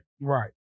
right